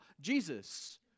Jesus